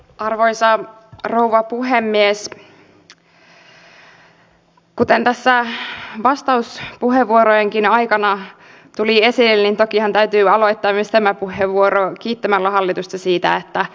arvoisa rouva aika epätodennäköistä että näille valtion tukemille reiteille kuten esimerkiksi joensuunurmes löytyisi markkinaperusteisia tulijoita